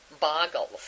boggles